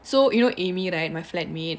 so you know amy right my flat mate